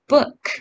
Book